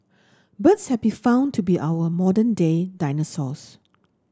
birds have been found to be our modern day dinosaurs